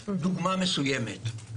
אתן דוגמה מסוימת.